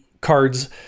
cards